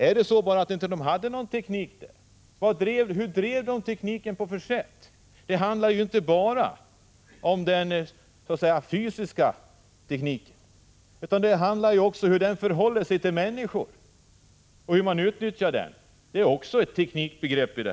Hade man ingen teknik där? Hur användes tekniken där? Det handlar inte bara om den fysiska tekniken. Frågan om hur tekniken förhåller sig till människor och hur den utnyttjas är också teknikbegrepp.